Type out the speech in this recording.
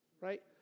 right